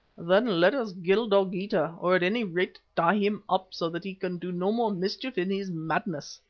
then let us kill dogeetah, or at any rate tie him up, so that he can do no more mischief in his madness,